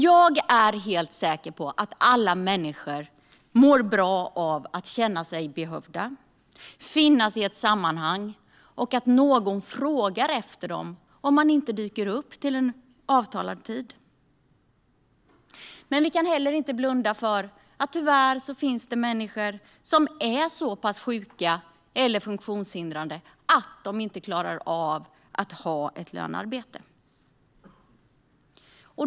Jag är helt säker på att alla människor mår bra av att känna sig behövda, finnas i ett sammanhang och att någon frågar efter dem om de inte dyker upp på en avtalad tid. Men vi kan inte blunda för att det tyvärr finns människor som är så pass sjuka eller funktionshindrade att de inte klarar av att ha ett lönearbete.